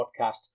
Podcast